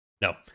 No